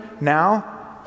now